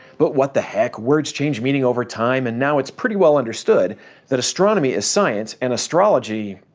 but what the heck. words change meaning over time, and now it's pretty well understood that astronomy is science, and astrology,